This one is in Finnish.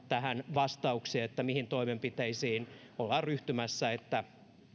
vastauksia mihin toimenpiteisiin ollaan ryhtymässä että